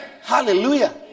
hallelujah